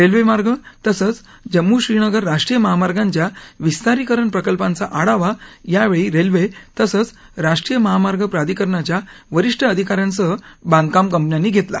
railway मार्ग तसंच जम्मू श्रीनगर राष्ट्रीय महामार्गांच्या विस्तारीकरण प्रकल्पांचा आढावा यावेळी रेल्वे तसंच राष्ट्रीय महामार्ग प्राधिकरणाच्या वरीष्ठ अधिका यांसह बांधकाम कंपन्यांनी घेतला